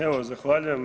Evo, zahvaljujem.